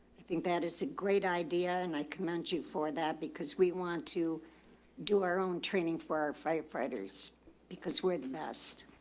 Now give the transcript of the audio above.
i think that is a great idea and i commend you for that because we want to do our own training for our firefighters because we're the best,